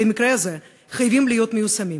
ובמקרה הזה הם חייבים להיות מיושמים.